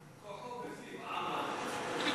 כוחו בפיו, העם הזה.